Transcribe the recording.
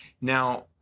Now